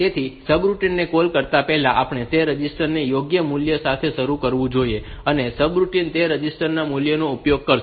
તેથી સબરૂટિન ને કૉલ કરતા પહેલા આપણે તે રજિસ્ટર ને યોગ્ય મૂલ્ય સાથે શરૂ કરવું જોઈએ અને સબરૂટિન તે રજિસ્ટર મૂલ્યનો ઉપયોગ કરશે